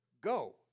go